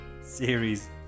series